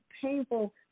painful